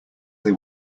they